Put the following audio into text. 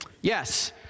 Yes